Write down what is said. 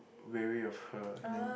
weary of her and then